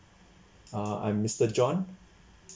uh I'm mister john